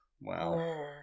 Wow